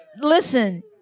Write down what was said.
listen